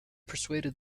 persuaded